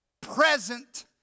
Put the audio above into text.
present